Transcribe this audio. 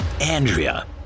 Andrea